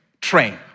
train